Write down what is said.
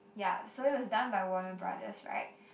ya so it was done by Warner Brothers right